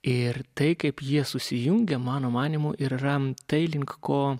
ir tai kaip jie susijungia mano manymu ir yra tai link ko